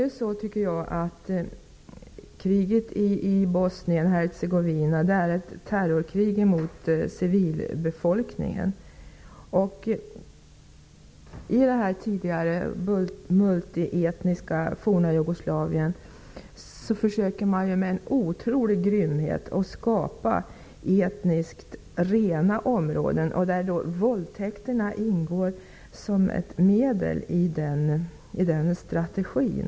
Kriget i Bosnien-Hercegovina är ett terrorkrig mot civilbefolkningen. I det tidigare multietniska, forna Jugoslavien försöker man nu med en otrolig grymhet att skapa etniskt rena områden, och våldtäkterna ingår som ett medel i den strategin.